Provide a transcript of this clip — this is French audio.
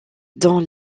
dans